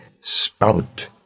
spout